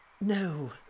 No